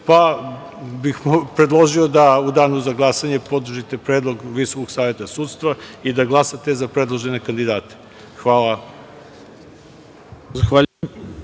pa bih predložio da u danu za glasanje podržite predlog Visokog saveta sudstva i da glasate za predložene kandidate. Hvala.